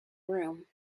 room